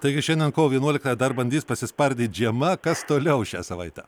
taigi šiandien kovo vienuoliktąją dar bandys pasispardyt žiema kas toliau šią savaitę